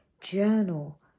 journal